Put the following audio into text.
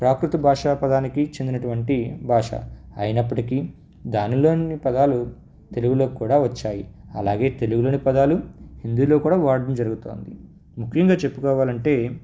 ప్రాకృతి భాషా పదానికి చెందినటువంటి భాష అయినప్పటికీ దానిలోని పదాలు తెలుగులో కూడా వచ్చాయి అలాగే తెలుగులోని పదాలు ఇందులో కూడా వాడడం జరుగుతుంది ముఖ్యంగా చెప్పుకోవాలి అంటే